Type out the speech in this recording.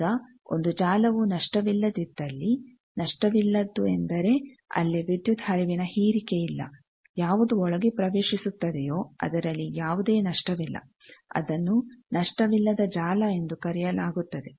ಈಗ ಒಂದು ಜಾಲವು ನಷ್ಟವಿಲ್ಲದಿದ್ದಲ್ಲಿ ನಷ್ಟವಿಲ್ಲದ್ದು ಎಂದರೆ ಅಲ್ಲಿ ವಿದ್ಯುತ್ ಹರಿವಿನ ಹೀರಿಕೆಯಿಲ್ಲ ಯಾವುದು ಒಳಗೆ ಪ್ರವೇಶಿಸುತ್ತದೆಯೋ ಅದರಲ್ಲಿ ಯಾವುದೇ ನಷ್ಟವಿಲ್ಲ ಅದನ್ನು ನಷ್ಟವಿಲ್ಲದ ಜಾಲ ಎಂದು ಕರೆಯಲಾಗುತ್ತದೆ